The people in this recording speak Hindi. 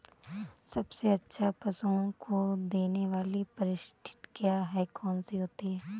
सबसे अच्छा पशुओं को देने वाली परिशिष्ट क्या है? कौन सी होती है?